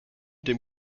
dem